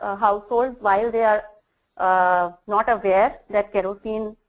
ah household while they are um not um there, that kerosene